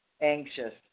anxious